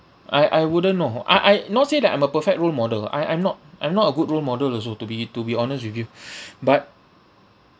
I I wouldn't know I I not say that I'm a perfect role model I I'm not I'm not a good role model also to be to be honest with you but